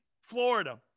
Florida